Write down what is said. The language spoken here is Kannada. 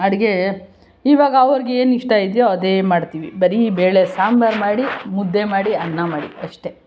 ಅಡಿಗೆ ಇವಾಗ ಅವ್ರಿಗೇನು ಇಷ್ಟ ಇದೆಯೋ ಅದೇ ಮಾಡ್ತೀವಿ ಬರೀ ಬೇಳೆ ಸಾಂಬಾರು ಮಾಡಿ ಮುದ್ದೆ ಮಾಡಿ ಅನ್ನ ಮಾಡಿ ಅಷ್ಟೆ